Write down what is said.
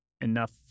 enough